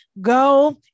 Go